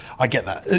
i get that.